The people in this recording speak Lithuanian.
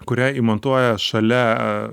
kurią įmontuoja šalia